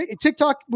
TikTok